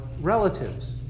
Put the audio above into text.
relatives